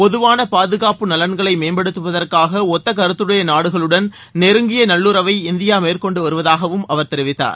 பொதுவான பாதுகாப்பு நலன்களை மேம்படுத்துவதற்காக ஒத்த கருத்துடைய நாடுகளுடன் நெருங்கிய நல்லுறவை இந்தியா மேற்கொண்டு வருவதாகவும் அவர் தெரிவித்தார்